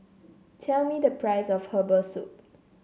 tell me the price of Herbal Soup